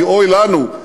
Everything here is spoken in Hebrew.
כי אוי לנו,